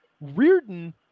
Reardon